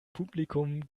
publikum